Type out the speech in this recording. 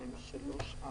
שלושה.